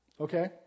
okay